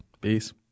Peace